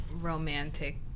romantic